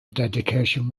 dedication